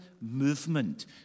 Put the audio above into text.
movement